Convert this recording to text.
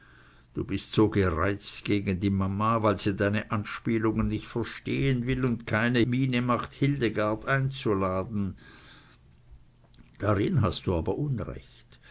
du bist so gereizt gegen die mama weil sie deine anspielungen nicht verstehen will und keine miene macht hildegard einzuladen darin hast du aber unrecht